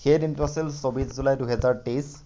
সেই দিনটো আছিল ছব্বিশ জুলাই দুহেজাৰ তেইছ